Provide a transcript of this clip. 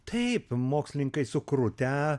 taip mokslininkai sukrutę